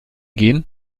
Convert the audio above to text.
gehen